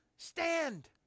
Stand